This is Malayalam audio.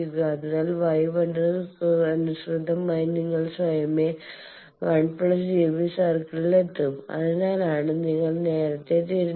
അതിനാൽ Y 1 ന് അനുസൃതമായി നിങ്ങൾ സ്വയമേവ 1 j B സർക്കിളിൽ എത്തും അതിനാലാണ് നിങ്ങൾ നേരത്തെ തിരിഞ്ഞത്